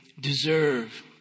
deserve